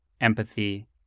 empathy